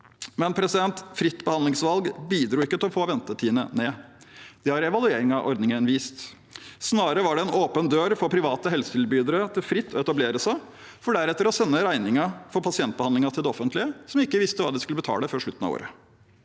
behandlingsvalg. Fritt behandlingsvalg bidro imidlertid ikke til å få ventetidene ned. Det har evaluering av ordningen vist. Snarere var det en åpen dør for private helsetilbydere til fritt å etablere seg, for deretter å sende regningen for pasientbehandlingen til det offentlige, som ikke visste hva de skulle betale før slutten av året.